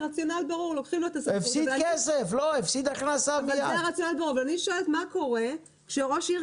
הסעיף אומר ראש העיר הלך אתכם, ראש העיר